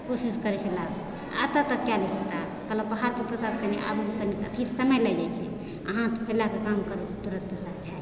कोशिश करै छै लाबैके आ एतय तऽ कए नहि सकता कहलक बाहरसँ पैसा कनि आबैमे अथि कनि समय लागि जाइ छै अहाँ लए कऽ काम करू तुरन्त पैसा हैत